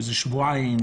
שזה שבועיים,